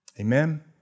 amen